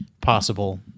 possible